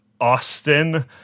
Austin